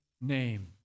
name